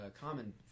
common